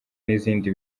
n’izindi